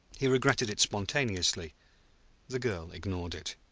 he regretted it spontaneously the girl ignored it.